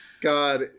God